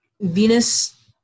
venus